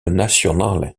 nacional